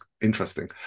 interesting